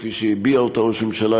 כפי שהביע אותה ראש הממשלה,